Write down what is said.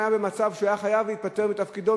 הוא היה במצב שהוא היה חייב להתפטר מתפקידו,